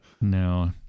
No